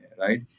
right